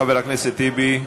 חבר הכנסת טיבי?